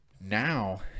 now